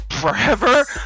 forever